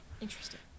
Interesting